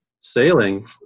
sailing